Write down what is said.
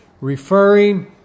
referring